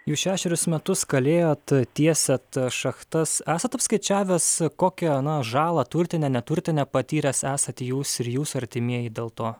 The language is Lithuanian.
jūs šešerius metus kalėjot tiesėt šachtas esat apskaičiavęs kokią na žalą turtinę neturtinę patyręs esat jūs ir jūsų artimieji dėl to